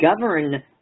govern